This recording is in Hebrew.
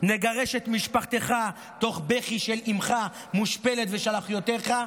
נגרש את משפחתך תוך בכי של אימך המושפלת ושל אחיותיך,